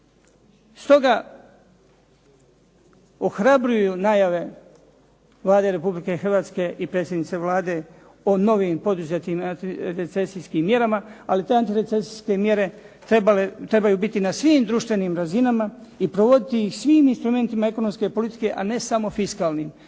Stoga ohrabruju najave Vlade Republike Hrvatske i predsjednice Vlade o novim poduzetim recesijskim mjerama, ali te antirecesijske mjere trebaju biti na svim društvenim razinama i provoditi ih svim instrumentima ekonomske politike, a ne samo fiskalnim.